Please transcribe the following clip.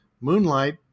Moonlight